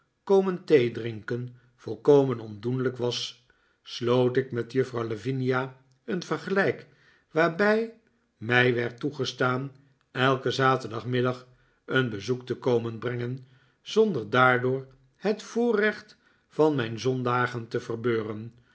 komen theedrinken volkomen ondoenlijk was sloot ik met juffrouw lavinia een vergelijk waarbij mij werd toegestaan elken zaterdagmiddag een bezoek te komen brengen zonder daardoor het voorrecht van mijn zondagen te verbeuren